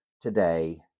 today